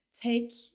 take